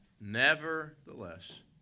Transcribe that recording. Nevertheless